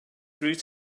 through